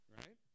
right